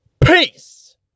Peace